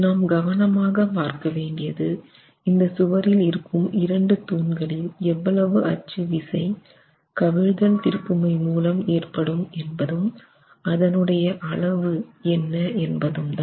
நாம் கவனமாக பார்க்க வேண்டியது இந்த சுவரில் இருக்கும் இரண்டு தூண்களில் எவ்வளவு அச்சு விசை கவிழ்தல்திருப்புமை மூலம் ஏற்படும் என்பதும் அதன் உடைய அளவு என்ன என்பதும்தான்